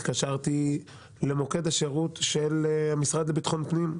התקשרתי למוקד השירות של המשרד לביטחון פנים,